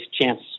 chance